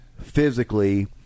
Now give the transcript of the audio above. physically